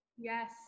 Yes